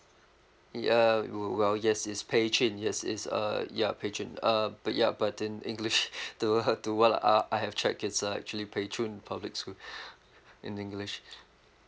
ya uh well yes is pei chin yes is uh ya pei chin uh but ya but in english to her to well uh I have checked it's uh actually pei chun public school in english